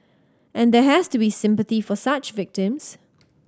and there has to be sympathy for such victims